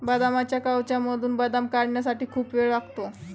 बदामाच्या कवचामधून बदाम काढण्यासाठी खूप वेळ लागतो